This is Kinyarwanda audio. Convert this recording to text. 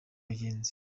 bahanzi